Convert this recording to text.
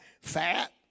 fat